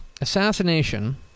Assassination